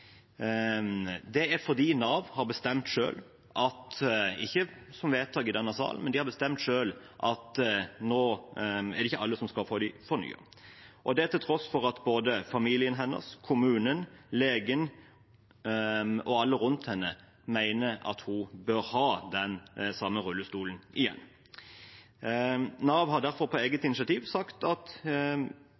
denne salen, men de har bestemt det selv – at ikke alle skal få fornyet hjelpemidlene nå. Det er til tross for at både familien hennes, kommunen, legen og alle rundt henne mener at hun bør ha den samme rullestolen igjen. Nav har på eget initiativ sagt at